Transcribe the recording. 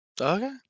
Okay